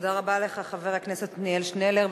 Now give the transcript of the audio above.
תודה רבה לך, חבר הכנסת עתניאל שנלר.